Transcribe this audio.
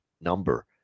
number